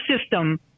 system